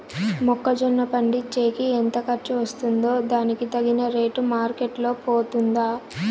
మొక్క జొన్న పండించేకి ఎంత ఖర్చు వస్తుందో దానికి తగిన రేటు మార్కెట్ లో పోతుందా?